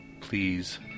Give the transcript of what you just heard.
Please